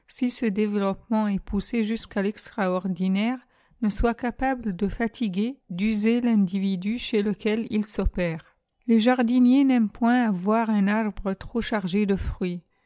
ce développement est pous jus u'à l'extraordinaire ne soit capable dé fatiguer d'user tindividu chez lequel il s'opère les jardiniers n'aiment point à voir un arbre trop chargé de fruits